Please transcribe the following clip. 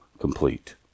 complete